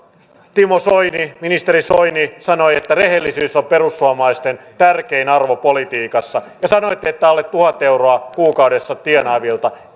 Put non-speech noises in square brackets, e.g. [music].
timo soini ministeri soini sanoi että rehellisyys on perussuomalaisten tärkein arvo politiikassa ja sanoitte että alle tuhat euroa kuukaudessa tienaavilta [unintelligible]